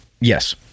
Yes